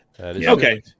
Okay